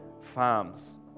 farms